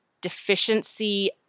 deficiency